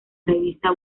revista